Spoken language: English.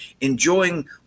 enjoying